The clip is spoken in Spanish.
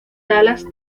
talas